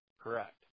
Correct